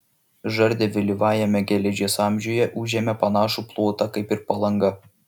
žardė vėlyvajame geležies amžiuje užėmė panašų plotą kaip ir palanga